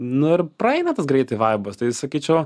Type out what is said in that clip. nu ir praeina tas greitai vaibas tai sakyčiau